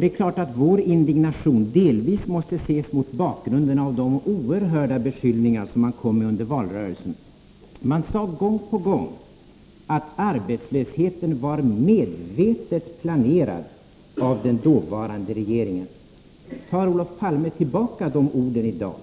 Det är klart att vår indignation delvis måste ses mot bakgrund av de oerhörda beskyllningar som socialdemokraterna kom med under valrörelsen. Man sade gång på gång att arbetslösheten var medvetet planerad av den dåvarande regeringen. Tar Olof Palme tillbaka de orden i dag?